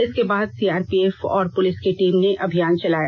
इसके बाद सीआरपीएफ और पुलिस की टीम ने अभियान चलाया